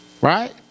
Right